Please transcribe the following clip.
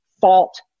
fault